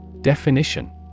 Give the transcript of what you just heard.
Definition